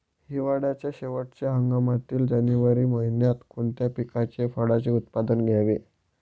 हिवाळ्याच्या शेवटच्या हंगामातील जानेवारी महिन्यात कोणत्या पिकाचे, फळांचे उत्पादन घ्यावे?